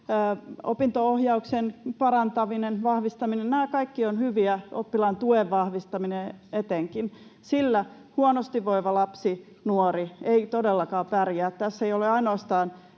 opinto-ohjauksen parantaminen, vahvistaminen, nämä kaikki ovat hyviä, oppilaan tuen vahvistaminen etenkin, sillä huonosti voiva lapsi tai nuori ei todellakaan pärjää. Tässä ei ole ainoastaan